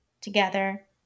together